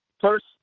First